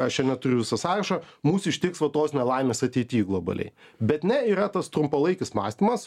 aš neturiu viso sąrašo mus ištiks va tos nelaimės ateity globaliai bet ne yra tas trumpalaikis mąstymas